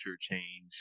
change